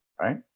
right